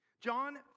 John